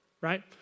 right